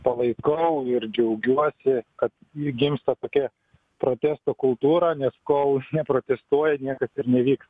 palaikau ir džiaugiuosi kad ji gimsta tokia protesto kultūra nes kol neprotestuoja niekas ir nevyks